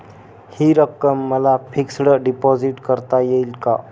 हि रक्कम मला फिक्स डिपॉझिट करता येईल का?